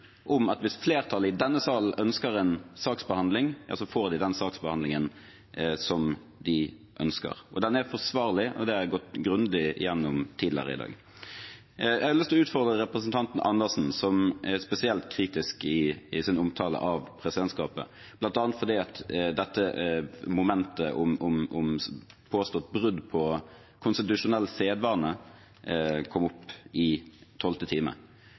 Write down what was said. om at hvis flertallet i denne salen ønsker en saksbehandling, da får de den saksbehandlingen de ønsker. Den er forsvarlig, og det har jeg gått grundig igjennom tidligere i dag. Jeg har lyst til å utfordre representanten Dag Terje Andersen, som er spesielt kritisk i sin omtale av presidentskapet, bl.a. fordi dette momentet om påstått brudd på konstitusjonell sedvane kom opp i tolvte time.